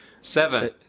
Seven